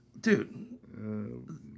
dude